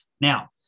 now